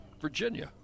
Virginia